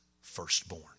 firstborn